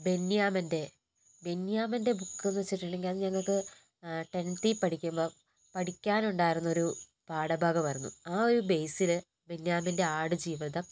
ബെന്യാമിൻ്റെ ബെന്യാമിൻ്റെ ബുക്ക് എന്നു വച്ചിട്ടുണ്ടെങ്കിൽ അത് ഞങ്ങൾക്ക് ടെൻത്തിൽ പഠിക്കുമ്പോൾ പഠിക്കാൻ ഉണ്ടായിരുന്നൊരു പാഠഭാഗമായിരുന്നു ആ ഒരു ബെയ്സിൽ ബെന്യാമിൻ്റെ ആടു ജീവിതം